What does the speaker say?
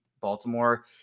Baltimore